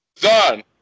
Done